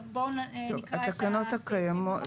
בואו נקרא את הסעיפים בבקשה.